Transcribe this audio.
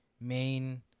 main